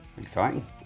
Exciting